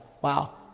Wow